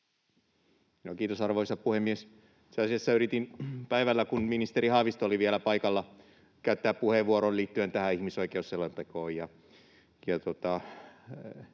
Kiitos, arvoisa puhemies! Itse asiassa yritin päivällä, kun ministeri Haavisto oli vielä paikalla, käyttää puheenvuoron liittyen tähän ihmisoikeusselontekoon.